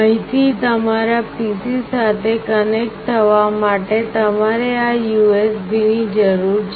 અહીંથી તમારા PC સાથે કનેક્ટ થવા માટે તમારે આ USB ની જરૂર છે